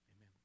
amen